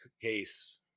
case